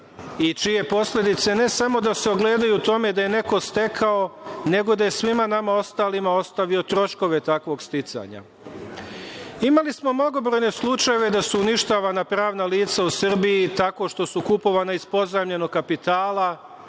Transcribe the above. i čije posledice ne samo da se ogledaju u tome da je neko stekao, nego da je svima nama ostalima ostavio troškove takvog sticanja. Imali smo mnogobrojne slučajeve da su uništava pravna lica u Srbiji tako što su kupovana iz pozajmljenog kapitala,